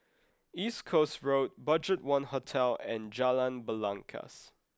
East Coast Road Budget One Hotel and Jalan Belangkas